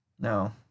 No